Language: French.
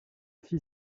fit